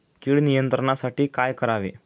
कीड नियंत्रणासाठी काय करावे?